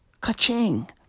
Ka-ching